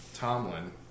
Tomlin